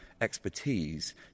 expertise